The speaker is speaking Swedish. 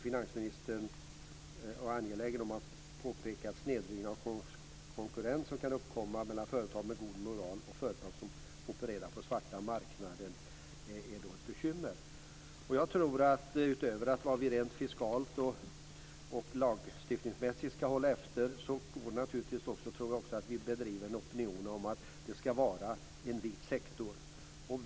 Finansministern är också angelägen om att påpeka att snedvridning av konkurrens som kan uppkomma mellan företag med god moral och företag som opererar på svarta marknaden är ett bekymmer. Jag tror att vi, utöver det vi rent fiskalt och lagstiftningsmässigt skall hålla efter, också skall bedriva en opinion om att detta skall vara en vit sektor.